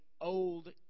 Old